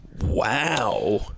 Wow